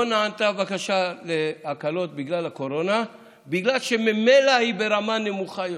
לא נענתה הבקשה להקלות בגלל הקורונה בגלל שממילא היא ברמה נמוכה יותר.